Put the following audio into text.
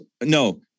no